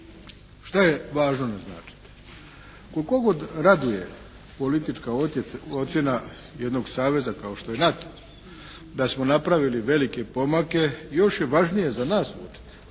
Šta je važno naznačiti? Koliko god raduje politička ocjena jednog saveza kao što je NATO da smo napravili velike pomake još je važnije za nas uočiti